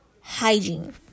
Hygiene